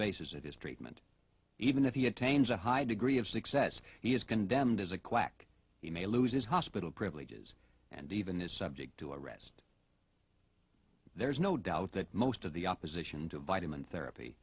basis of his treatment even if he attends a high degree of success he is condemned as a quack he may lose his hospital privileges and even is subject to arrest there's no doubt that most of the opposition to vitamin therapy